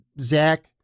Zach